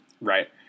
right